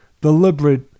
deliberate